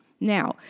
Now